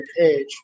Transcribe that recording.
page